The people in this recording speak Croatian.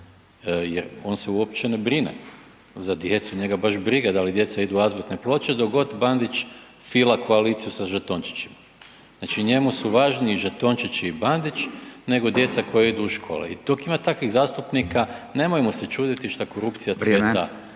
on se uopće ne brine za djecu, njega baš briga da li djeca idu azbestne ploče dok god fila koaliciju sa žetončićima. Znači, njemu su važniji žetončići i Bandić nego djeca koja idu u škole. I dok ima takvih zastupnika nemojmo se čuditi što korupcija cvijeta